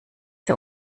der